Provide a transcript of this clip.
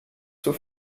zur